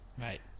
Right